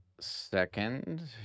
second